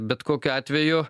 bet kokiu atveju